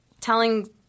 telling